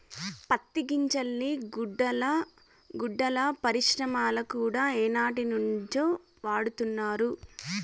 పత్తి గింజల్ని గుడ్డల పరిశ్రమల కూడా ఏనాటినుంచో వాడతండారు